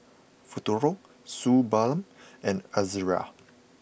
Futuro Suu Balm and Ezerra